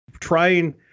trying